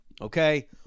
Okay